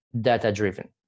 data-driven